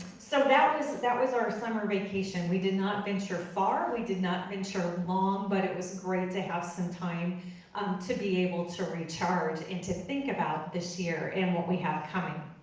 that was that was our summer vacation. we did not venture far, we did not venture long, but it was great to have some time um to be able to recharge and to think about this year and what we have coming.